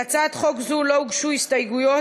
להצעת חוק זו לא הוגשו הסתייגויות,